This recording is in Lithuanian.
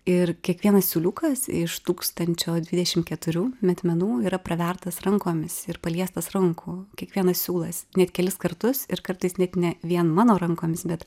ir kiekvienas siūliukas iš tūkstančio dvidešim keturių metmenų yra pravertas rankomis ir paliestas rankų kiekvienas siūlas net kelis kartus ir kartais net ne vien mano rankomis bet